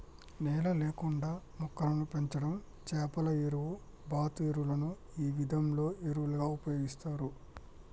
నేల లేకుండా మొక్కలను పెంచడం చేపల ఎరువు, బాతు ఎరువులను ఈ విధానంలో ఎరువులుగా ఉపయోగిస్తారు